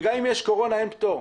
גם אם יש קורונה, אין פטור.